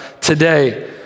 today